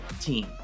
team